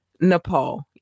Nepal